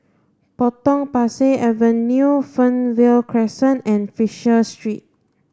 Potong Pasir Avenue Fernvale Crescent and Fisher Street